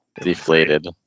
deflated